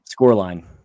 Scoreline